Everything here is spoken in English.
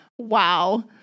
Wow